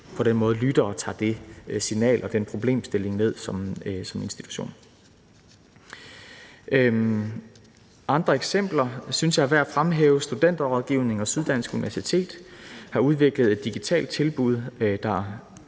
på den måde lytter og tager det signal og den problemstilling ned som institution. Der er andre eksempler, jeg synes er værd at fremhæve. Studenterrådgivningen og Syddansk Universitet har udviklet et digitalt tilbud, der